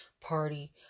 Party